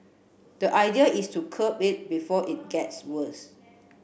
the idea is to curb it before it gets worse